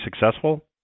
successful